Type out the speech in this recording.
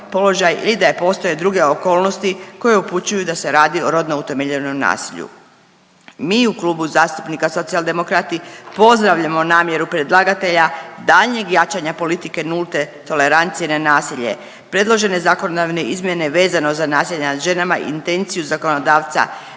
položaj ili da postoje druge okolnosti koji upućuju da se radi o rodno utemeljenom nasilju. Mi u Klubu zastupnika Socijaldemokrati pozdravljamo namjeru predlagatelja daljnjeg jačanja politike nulte tolerancije na nasilje. Predložene zakonodavne izmjene vezane za nasilje nad ženama intenciju zakonodavca